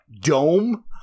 dome